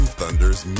Thunders